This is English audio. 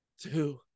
two